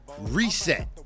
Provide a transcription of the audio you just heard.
Reset